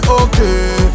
okay